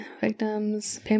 Victims